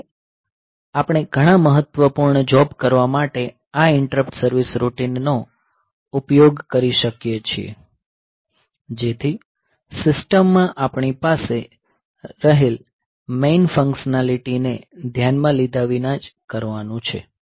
આ રીતે આપણે ઘણા મહત્વપૂર્ણ જોબ કરવા માટે આ ઈન્ટરપ્ટ સર્વીસ રૂટિનનો ઉપયોગ કરી શકીએ છીએ જેથી સિસ્ટમમાં આપણી પાસે રહેલ મેઈન ફંક્શનાલીટી ને ધ્યાનમાં લીધા વિના જ કરવાનું છે